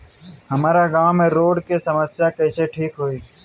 हमारा गाँव मे रोड के समस्या कइसे ठीक होई?